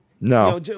No